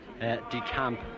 decamp